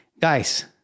guys